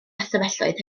ystafelloedd